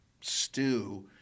stew